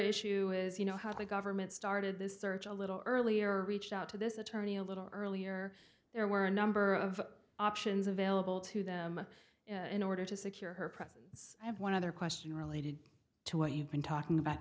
issue is you know how the government started this search a little earlier reached out to this attorney a little earlier there were a number of options available to them in order to secure her presence i have one other question related to what you've been talking about